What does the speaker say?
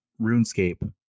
RuneScape